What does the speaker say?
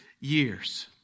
years